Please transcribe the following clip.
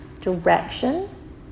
direction